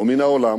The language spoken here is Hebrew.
ומן העולם.